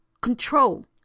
control